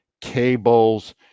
cables